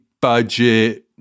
budget